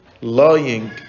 lying